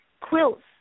quilts